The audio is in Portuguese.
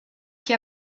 que